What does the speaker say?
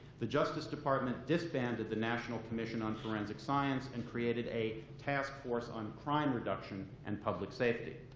the justice department disbanded the national commission on forensic science and created a task force on crime reduction and public safety.